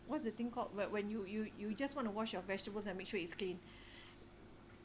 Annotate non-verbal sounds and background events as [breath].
what's the thing called when when you you you just want to wash your vegetables and make sure it's clean [breath]